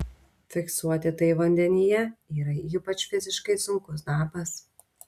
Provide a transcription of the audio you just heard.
fiksuoti tai vandenyje yra ypač fiziškai sunkus darbas